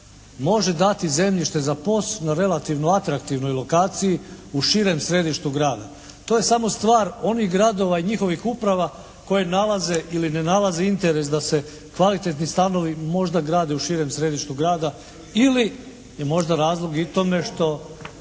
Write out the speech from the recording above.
može dati zemljište za POS na relativno atraktivnoj lokaciji u širem središtu grada. To je samo stvar onih gradova i njihovih uprava koje nalaze ili ne nalaze interes da se kvalitetni stanovi možda grade u širem središtu grada ili je možda razlog i tome da